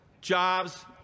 jobs